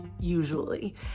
usually